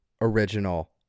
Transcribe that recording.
original